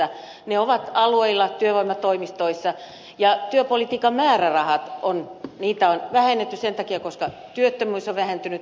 ne ovat alueilla työvoimatoimistoissa ja työpolitiikan määrärahat niitä on vähennetty sen takia koska työttömyys on vähentynyt